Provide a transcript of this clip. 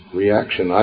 reaction